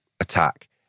attack